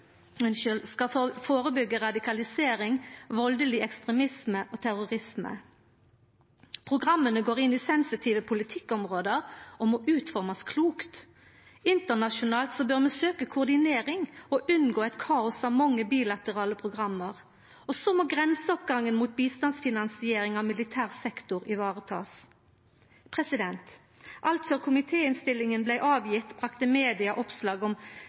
radikalisering, valdeleg ekstremisme og terrorisme. Programma går inn i sensitive politikkområde og må utformast klokt. Internasjonalt bør vi søkja koordinering og unngå eit kaos av mange bilaterale program, og så må grenseoppgangen mot bistandsfinansiering av militær sektor varetakast. Alt frå komitéinnstillinga blei avgjeven, brakte media oppslag om